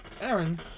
Aaron